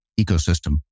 ecosystem